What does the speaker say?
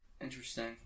Interesting